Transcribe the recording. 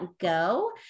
go